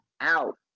out